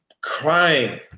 crying